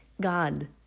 God